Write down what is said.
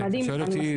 אם אתה שואל אותי,